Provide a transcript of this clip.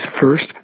first